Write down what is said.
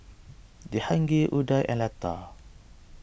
Jehangirr Udai and Lata